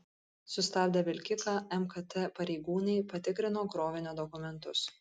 sustabdę vilkiką mkt pareigūnai patikrino krovinio dokumentus